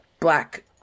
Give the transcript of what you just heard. Black